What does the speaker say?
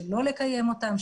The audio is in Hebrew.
לא לקיים אותם,